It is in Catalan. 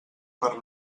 per